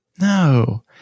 No